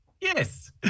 yes